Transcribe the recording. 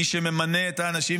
מי שממנה את האנשים.